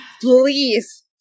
please